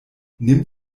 nimmt